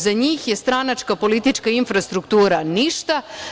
Za njih je stranačka politička infrastruktura ništa.